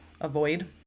avoid